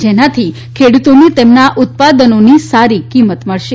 જેનાથી ખેડતોને તેમના ઉત્પાદનોની સારી કિંમત મળશે